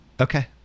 Okay